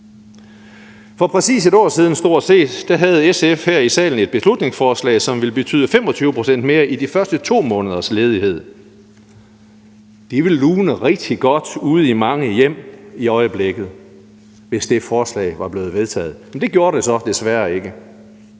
For præcis et år siden, stort set, havde SF her i salen et beslutningsforslag, som ville betyde 25 pct. mere i de første 2 måneders ledighed. Det ville lune rigtig godt ude i mange hjem i øjeblikket, hvis det forslag var blevet vedtaget, men det gjorde det så desværre ikke.